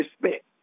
respect